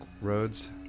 roads